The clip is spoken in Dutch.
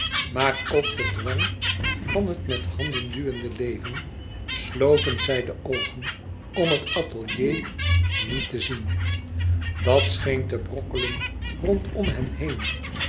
maar voelende ook den dwang van het met handen duwende leven sloten zij de oogen om het atelier niet te zien dat scheen te brokkelen rondom hen heen